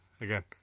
Again